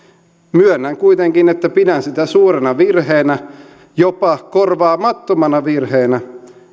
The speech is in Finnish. myönnän kuitenkin että pidän sitä suurena virheenä jopa korvaamattomana virheenä